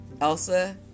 Elsa